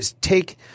take